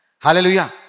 Hallelujah